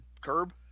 curb